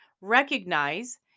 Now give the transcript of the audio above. recognize